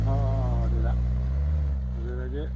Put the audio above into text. ꯑꯧ ꯑꯧ ꯑꯧ ꯑꯗꯨꯗ ꯑꯗꯨꯗꯒꯤ